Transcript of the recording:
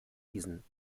diesen